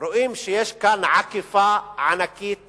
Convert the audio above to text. רואים שיש כאן עקיפה ענקית